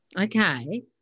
okay